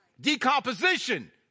Decomposition